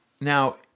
now